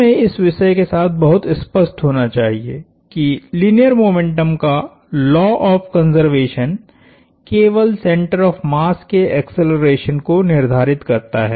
हमें इस विषय के साथ बहुत स्पष्ट होना चाहिए कि लीनियर मोमेंटम का लॉ ऑफ़ कंज़र्वेशन केवल सेंटर ऑफ़ मास के एक्सेलरेशन को निर्धारित करता है